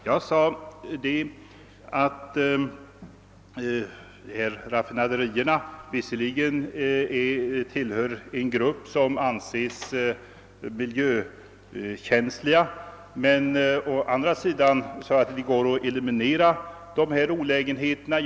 Jag sade att raffinaderierna visserligen tillhör en grupp industrier, som anses miljökänsliga, men att det å andra sidan går att eliminera olägenheterna.